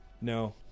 No